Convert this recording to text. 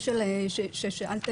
כמו שדנה אמרה,